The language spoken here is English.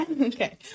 okay